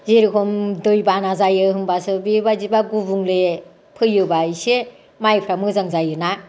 जेरेखम दैबाना जायो होनबासो बेबादिबा गुबुंले फैयोबा इसे माइफ्रा मोजां जायोना